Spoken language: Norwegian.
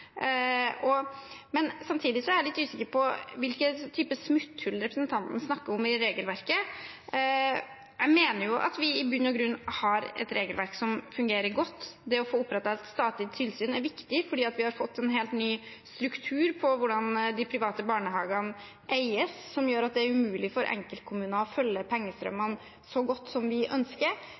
Men samtidig er jeg litt usikker på hvilke typer smutthull i regelverket representanten snakker om. Jeg mener jo at vi i bunn og grunn har et regelverk som fungerer godt. Det å få opprettet et statlig tilsyn er viktig fordi vi har fått en helt ny struktur på hvordan de private barnehagene eies, som gjør at det er umulig for enkeltkommuner å følge pengestrømmene så godt som vi ønsker.